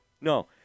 no